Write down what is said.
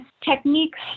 techniques